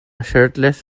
shirtless